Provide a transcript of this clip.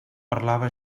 parlava